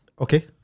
Okay